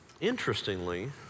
Interestingly